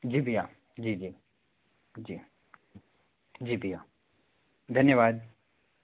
जी भैया जी जी जी जी भैया धन्यवाद